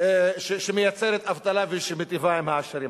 שמייצרת אבטלה ומיטיבה עם העשירים.